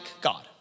God